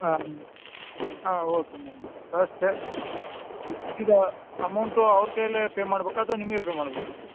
ಹಾಂ ಹಾಂ okay ma'am okay ಕಳ್ಸ್ತೆನ್ ಇದು ಅಮೌಂಟು ಅವ್ರ ಕೈಯಲ್ಲೇ ಪೇ ಮಾಡಬೇಕಾ ಅಥ್ವಾ ನಿಮಗೇ ಪೇ ಮಾಡ್ಬೇಕು ಮ್ಯಾಮ್